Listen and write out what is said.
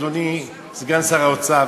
אדוני סגן שר האוצר,